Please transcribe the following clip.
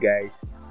guys